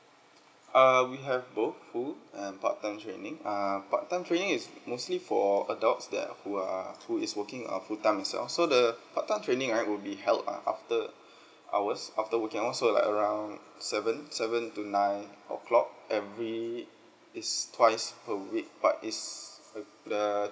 err we have both full and part time training err part time training is mostly for adults that who are who is working uh full time itself so the part time training right will be held uh after hours after working hours so like around seven seven to nine o'clock every is twice a week but is uh the